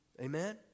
Amen